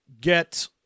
get